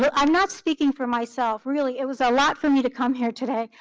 well, i'm not speaking for myself, really, it was a lot for me to come here today.